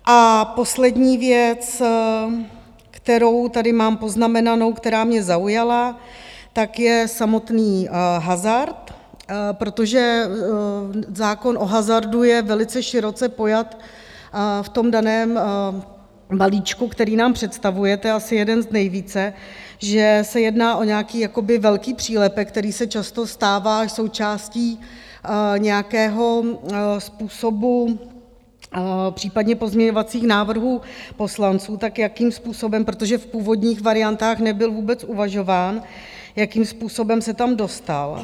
A poslední věc, kterou tady mám poznamenánu a která mě zaujala, tak je samotný hazard, protože zákon o hazardu je velice široce pojat v tom daném balíčku, který nám představujete, asi jeden z nejvíce, že se jedná o nějaký jakoby velký přílepek, který se často stává součástí nějakého způsobu, případně pozměňovacích návrhů poslanců, tak jakým způsobem protože v původních variantách nebyl vůbec uvažován se tam dostal.